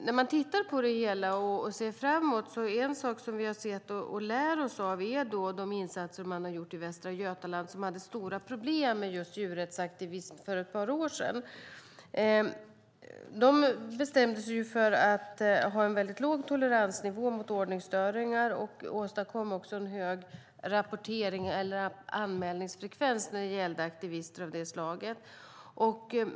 När vi tittar på det hela och ser framåt är en sak som vi har sett och lärt oss av de insatser man har gjort i Västra Götaland, som hade stora problem med just djurrättsaktivism för ett par år sedan. Man bestämde sig för att ha en låg toleransnivå mot ordningsstörning och åstadkom också en hög anmälningsfrekvens när det gällde aktivister av detta slag.